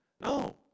No